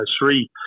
three